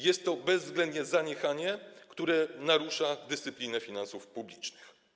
Jest to bezwzględnie zaniechanie, które narusza dyscyplinę finansów publicznych.